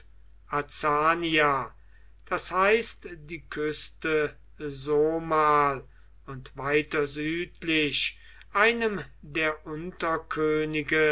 das heißt die küste somal und weiter südlich einem der